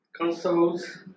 Consoles